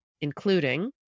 including